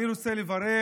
אני רוצה לברך